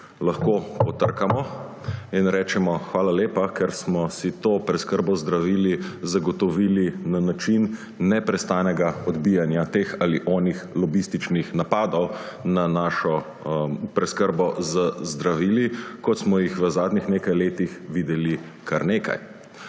z gesto/ in rečemo hvala lepa, ker smo si to preskrbo z zdravili zagotovili na način neprestanega odbijanja teh ali onih lobističnih napadov na našo preskrbo z zdravili, kot smo jih v zadnjih nekaj letih videli kar nekaj.